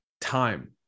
Time